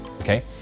okay